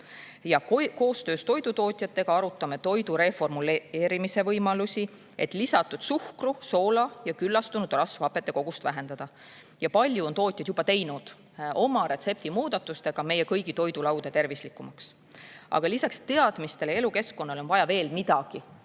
Koostöös toidutootjatega arutame toidu reformuleerimise võimalusi, et lisatud suhkru, soola ja küllastunud rasvhapete kogust vähendada. Tootjad on oma retseptimuudatustega juba teinud meie kõigi toidulauda palju tervislikumaks. Aga lisaks teadmistele ja elukeskkonnale on vaja veel midagi.